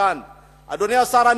אדוני השר,